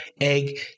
egg